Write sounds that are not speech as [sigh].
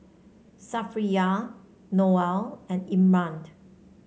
Safiya Noah and [unintelligible]